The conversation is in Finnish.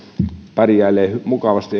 pärjäilee mukavasti